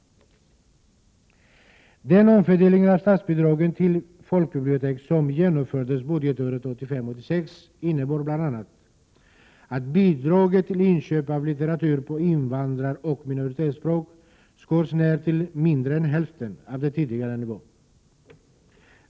Den omfördelning av statsbidragen till folkbiblioteken som genomfördes budgetåret 1985/86 innebar bl.a. att bidraget till inköp av litteratur på invandraroch minoritetsspråk skars ned till mindre än hälften av den tidigare nivån.